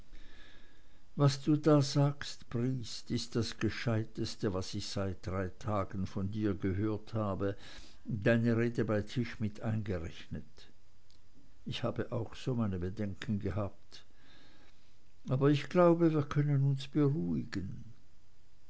was du da sagst briest ist das gescheiteste was ich seit drei tagen von dir gehört habe deine rede bei tisch mit eingerechnet ich habe auch so meine bedenken gehabt aber ich glaube wir können uns beruhigen